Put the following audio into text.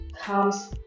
comes